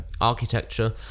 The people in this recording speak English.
architecture